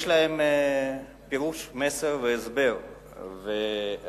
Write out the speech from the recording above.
יש להן פירוש, מסר והסבר ומגמות.